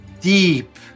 deep